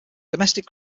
domestic